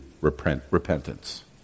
repentance